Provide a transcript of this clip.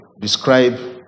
describe